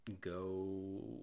go